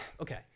Okay